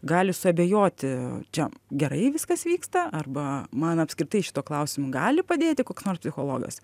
gali suabejoti čia gerai viskas vyksta arba man apskritai šituo klausimu gali padėti koks nors psichologas